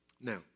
Now